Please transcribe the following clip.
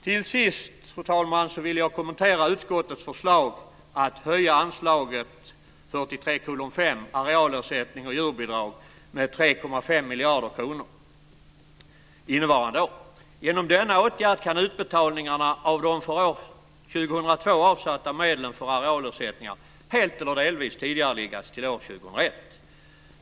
Till sist, fru talman, vill jag kommentera utskottets förslag att höja anslaget 43:5 Arealersättning och djurbidrag m.m. med 3,5 miljarder kronor innevarande år. Genom denna åtgärd kan utbetalningarna av de för år 2002 avsatta medlen för arealersättningar helt eller delvis tidigareläggas till år 2001.